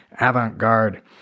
avant-garde